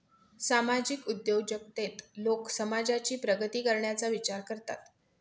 सामाजिक उद्योजकतेत लोक समाजाची प्रगती करण्याचा विचार करतात